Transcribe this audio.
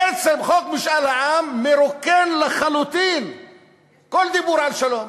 בעצם חוק משאל עם מרוקן מתוכן לחלוטין כל דיבור על שלום.